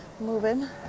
moving